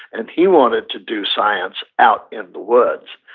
and he wanted to do science out in the woods.